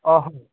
অহ্